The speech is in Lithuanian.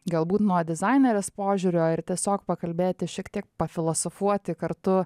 galbūt nuo dizainerės požiūrio ir tiesiog pakalbėti šiek tiek pafilosofuoti kartu